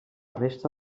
resta